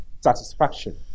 satisfaction